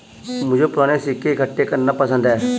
मुझे पूराने सिक्के इकट्ठे करना पसंद है